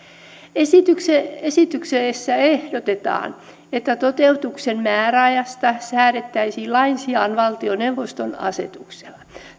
tarkennettaisiin esityksessä ehdotetaan että toteutuksen määräajasta säädettäisiin lain sijaan valtioneuvoston asetuksella